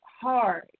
hard